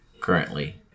currently